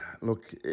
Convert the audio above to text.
Look